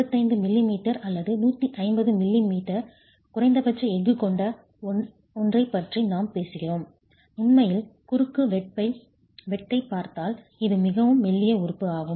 75 மிமீ அல்லது 150 மிமீ குறைந்தபட்ச எஃகு கொண்ட ஒன்றைப் பற்றி நாம் பேசுகிறோம் உண்மையில் குறுக்குவெட்டைப் பார்த்தால் இதுவும் மிகவும் மெல்லிய உறுப்பு ஆகும்